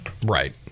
Right